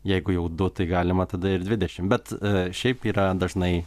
jeigu jau du tai galima tada ir dvidešim bet šiaip yra dažnai